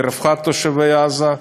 לרווחת תושבי עזה,